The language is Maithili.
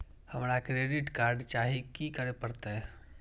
हमरा क्रेडिट कार्ड चाही की करे परतै?